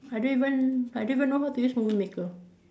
I don't even I don't even know how to use movie maker